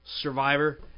Survivor